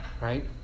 right